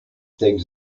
take